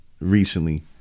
recently